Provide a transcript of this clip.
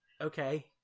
Okay